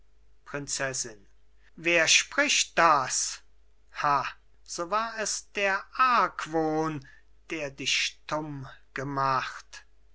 prinzessin wer spricht das ha so war es der argwohn der dich stumm gemacht